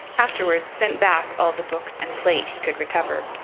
afterwards sent back all the books and plate he could recover.